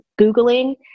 Googling